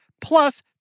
plus